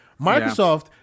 microsoft